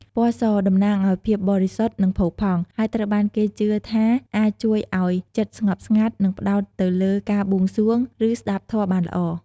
ពណ៌សតំណាងឱ្យភាពបរិសុទ្ធ និងផូរផង់ ហើយត្រូវបានគេជឿថាអាចជួយឱ្យចិត្តស្ងប់ស្ងាត់ និងផ្ដោតទៅលើការបួងសួង ឬស្ដាប់ធម៌បានល្អ។